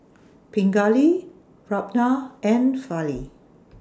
Pingali Ramnath and Fali